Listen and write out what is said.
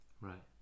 Right